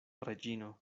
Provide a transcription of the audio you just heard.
reĝino